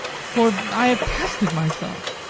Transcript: for i have tested myself.